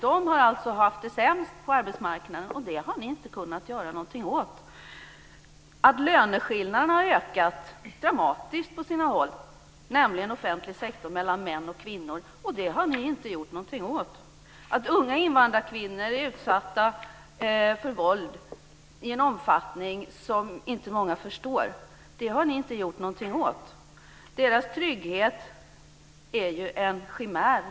De har alltså haft det sämst på arbetsmarknaden, och det har ni inte kunnat göra något åt. Att löneskillnaderna har ökat mellan män och kvinnor - inom offentlig sektor dramatiskt - har ni inte gjort någonting åt. Att unga invandrarkvinnor är utsatta för våld i en omfattning som inte många förstår har ni inte gjort någonting åt. Deras trygghet är ju en chimär.